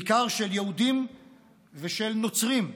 בעיקר של יהודים ושל נוצרים,